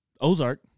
Ozark